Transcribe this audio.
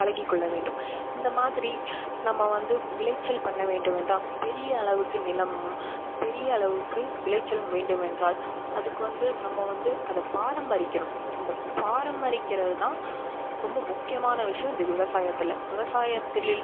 பழகி கொள்ள வேண்டும் இந்த மாதிரி நம்ம வந்து விளைச்சல் பண்ண வேண்டுமென்றால் பெரியளவுக்கு நிலமும் பெரியளவுக்கு விளைச்சலும் வேண்டும் என்றால் அதுக்கு வந்து நம்ம வந்து அதை பாரம்பரிக்கணும் அந்த பாரம்பரிக்கிறது தான் ரொம்ப முக்கியமான விஷயம் இந்த விவசாயத்தில் விவசாயத்தில்